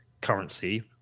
currency